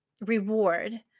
reward